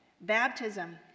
Baptism